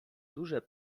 duże